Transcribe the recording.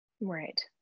Right